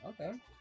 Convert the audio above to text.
okay